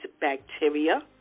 bacteria